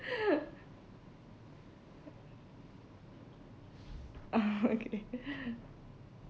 uh okay